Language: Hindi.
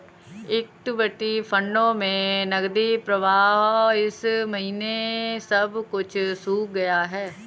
इक्विटी फंडों में नकदी प्रवाह इस महीने सब कुछ सूख गया है